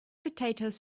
potatoes